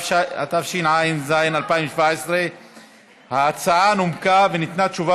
התשע"ז 2017. ההצעה נומקה וניתנה תשובה